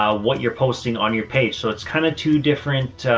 ah what you're posting on your page. so it's kinda two different.